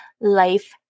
life